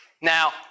Now